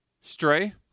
Stray